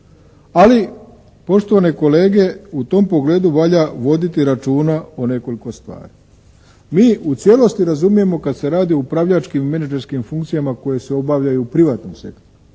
ali poštovane kolege u tom pogledu valja voditi računa o nekoliko stvari. Mi u cijelosti razumijemo razumijemo kad se radi o upravljačkim i menadžerskim funkcijama koje se obavljaju u privatnom sektoru.